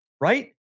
Right